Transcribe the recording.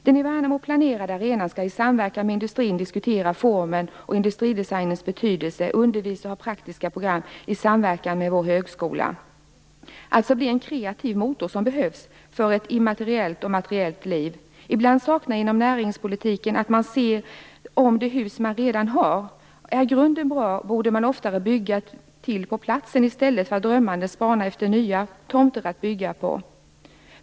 Den i Värnamo planerade arenan skall i samverkan med industrin diskutera formens och industridesignens betydelse, undervisa och ha praktiska program i samverkan med vår högskola, dvs. bli den kreativa motor som behövs för ett immateriellt och materiellt liv. Ibland saknar jag inom näringspolitiken att man ser om det hus man redan har. Är grunden bra borde man oftare bygga till på platsen i stället för att drömmande spana efter nya tomter att bygga på.